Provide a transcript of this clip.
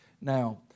Now